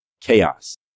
chaos